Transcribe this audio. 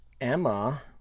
Emma